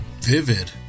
Vivid